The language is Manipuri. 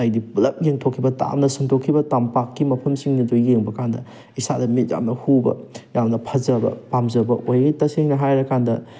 ꯍꯥꯏꯗꯤ ꯄꯨꯜꯂꯞ ꯌꯦꯡꯊꯣꯛꯈꯤꯕ ꯇꯥꯝꯅ ꯁꯟꯇꯣꯛꯈꯤꯕ ꯇꯝꯄꯥꯛꯀꯤ ꯃꯐꯝꯁꯤꯡ ꯑꯗꯨ ꯌꯦꯡꯕ ꯀꯥꯟꯗ ꯏꯁꯥꯗ ꯃꯤꯠ ꯌꯥꯝꯅ ꯍꯨꯕ ꯌꯥꯝꯅ ꯐꯖꯕ ꯄꯥꯝꯖꯕ ꯑꯣꯏ ꯇꯁꯦꯡꯅ ꯍꯥꯏꯔꯀꯥꯟꯗ